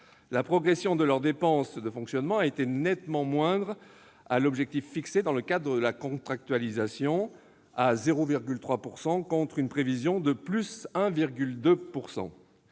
La progression de leurs dépenses de fonctionnement a été nettement moindre que l'objectif fixé dans le cadre de la contractualisation, se situant à 0,3 % contre une prévision de +1,2 %.